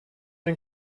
den